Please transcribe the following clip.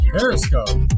Periscope